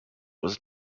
was